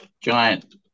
giant